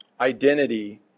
identity